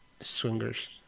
Swingers